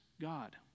God